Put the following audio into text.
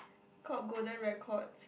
called Golden Records